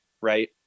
right